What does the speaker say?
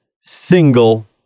single